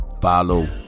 Follow